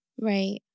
Right